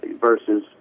versus